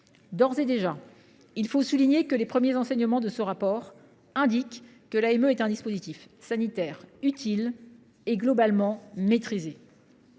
D’ores et déjà, il faut souligner que les premiers enseignements de ce rapport indiquent que l’AME est un dispositif sanitaire utile et globalement maîtrisé.